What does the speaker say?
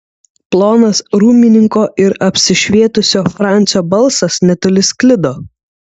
plonas rūmininko ir apsišvietusio francio balsas netoli sklido